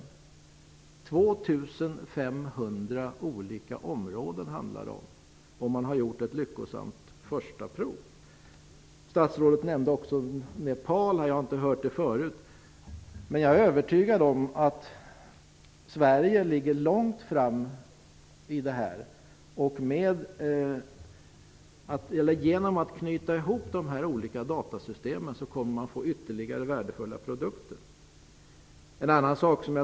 Det handlar om 2 500 områden, och man har gjort ett lyckosamt första försök. Statsrådet nämnde också Nepal. Det har jag inte hört något om förut, men jag är övertygad om att Sverige ligger långt framme i detta avseende. Genom att knyta ihop dessa datasystem kommer man att få ytterligare värdefulla produkter.